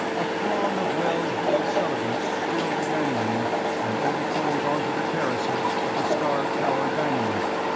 a throng of well-heeled celebrants filled the dining room and overflowed onto the terraces of the star tower dining room,